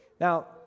Now